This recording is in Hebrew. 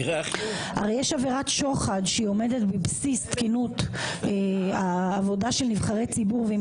הרי יש עבירת שוחד שהיא עומדת בבסיס תקינות העבודה של נבחרי ציבור והיא